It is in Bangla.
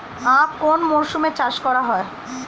আখ কোন মরশুমে চাষ করা হয়?